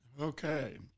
Okay